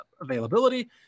availability